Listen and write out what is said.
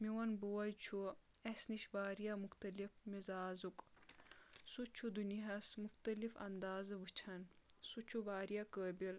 میون بوے چھُ اسہِ نِش واریاہ مُختلف مِزاجُک سُہ چھُ دُنیاہَس مختلف اندازٕ وٕچھن سُہ چھُ واریاہ قٲبِل